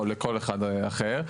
או לכל אחד אחר,